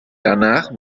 danach